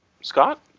Scott